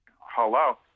Hello